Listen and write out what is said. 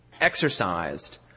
exercised